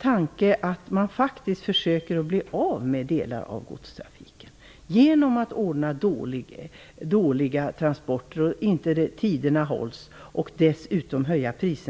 tanke att man faktiskt försöker bli av med delar av godstrafiken genom att ordna dåliga transporter, inte hålla tiderna och dessutom höja priser.